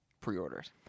pre-orders